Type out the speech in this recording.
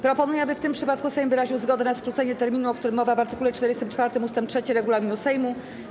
Proponuję, aby w tym przypadku Sejm wyraził zgodę na skrócenie terminu, o którym mowa w art. 44 ust. 3 regulaminu Sejmu.